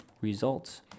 results